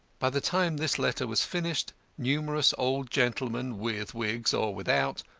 by the time this letter was finished numerous old gentlemen, with wigs or without,